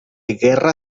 guerra